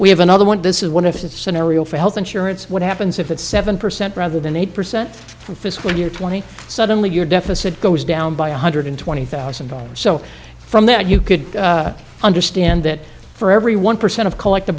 we have another one this is one of the scenario for health insurance what happens if it's seven percent rather than eight percent for fiscal year twenty suddenly you're deficit goes down by one hundred twenty thousand dollars so from that you could understand that for every one percent of collective